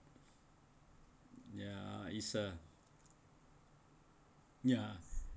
ya is uh ya